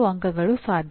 1 ಅಂಕಗಳು ಸಾಧ್ಯ